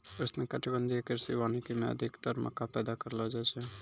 उष्णकटिबंधीय कृषि वानिकी मे अधिक्तर मक्का पैदा करलो जाय छै